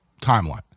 timeline